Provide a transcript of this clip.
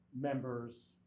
members